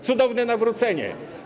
Cudowne nawrócenie.